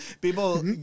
people